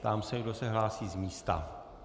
Ptám se, kdo se hlásí z místa.